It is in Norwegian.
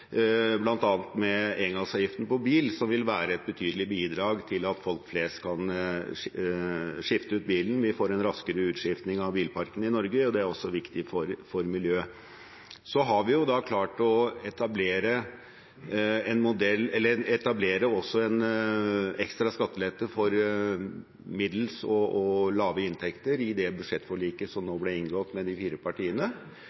fornøyd med det regjeringen klarer å gjennomføre av skatte- og avgiftslettelser, for det skjer faktisk veldig mye positivt på avgiftssiden til tross for flyavgiften. Blant annet vil engangsavgiften på bil være et betydelig bidrag til at folk flest kan skifte ut bilen. Vi får en raskere utskiftning av bilparken i Norge, og det er også viktig for miljøet. Vi har også klart å etablere en ekstra skattelette for middels og lave inntekter i det budsjettforliket som nå ble inngått